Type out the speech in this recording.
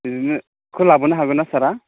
ओरैनो खौ लाबनो हागोन ना सारआ